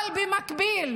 אבל במקביל